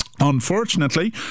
unfortunately